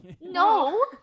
No